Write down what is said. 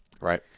Right